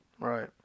right